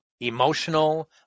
emotional